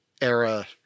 era